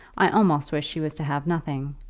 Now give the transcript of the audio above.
i almost wish she was to have nothing.